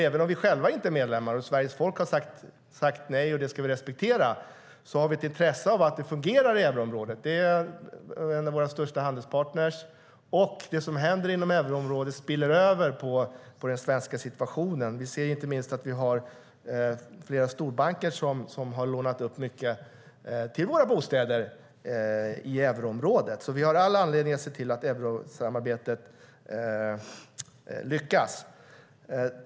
Även om vi själva inte är medlemmar och Sveriges folk har sagt nej och vi ska respektera det har vi intresse av att det fungerar i euroområdet. Det är en av våra största handelspartner, och det som händer inom euroområdet spiller över på den svenska situationen. Vi har flera storbanker som har lånat upp mycket till våra bostäder i euroområdet. Vi har alltså all anledning att se till att eurosamarbetet lyckas.